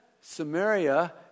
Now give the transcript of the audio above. Samaria